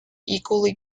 equally